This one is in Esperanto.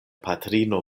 patrino